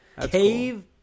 cave